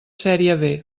sèrie